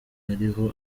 ariho